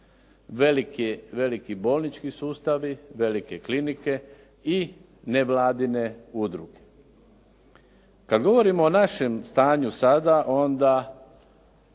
veliki bolnički sustavi, velike klinike i nevladine udruge. Kad govorimo o našem stanju sada onda